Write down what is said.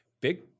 big